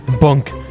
bunk